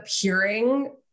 appearing